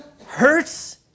hurts